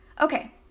Okay